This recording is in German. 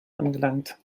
angelangt